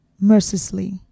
mercilessly